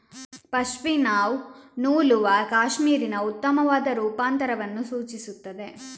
ಪಶ್ಮಿನಾವು ನೂಲುವ ಕ್ಯಾಶ್ಮೀರಿನ ಉತ್ತಮವಾದ ರೂಪಾಂತರವನ್ನು ಸೂಚಿಸುತ್ತದೆ